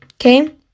Okay